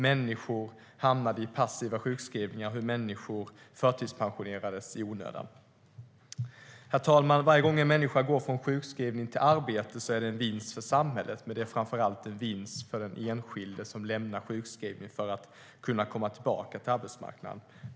Människor hamnade i passiva sjukskrivningar och förtidspensionerades i onödan. Herr talman! Varje gång en människa går från sjukskrivning till arbete är det en vinst för samhället. Men det är framför allt en vinst för den enskilde som lämnar sjukskrivning för att kunna komma tillbaka till arbetsmarknaden.